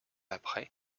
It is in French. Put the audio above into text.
après